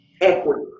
equity